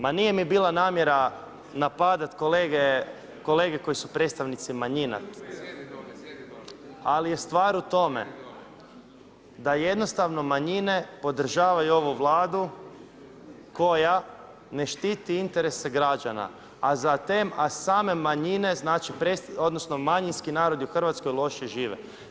Ma nije mi bila namjera napadat kolege koji su predstavnici manjina, ali je stvar u tome da jednostavno manjine podržavaju ovu Vladu koja ne štiti interese građana, a same manjine znači manjinski narodi u Hrvatskoj loše žive.